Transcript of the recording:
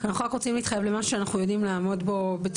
אנחנו רק רוצים להתחייב למשהו שאנחנו יודעים לעמוד בו.